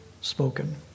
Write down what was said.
spoken